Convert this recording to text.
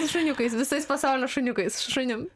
šuniukais visais pasaulio šuniukais šunim